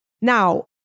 Now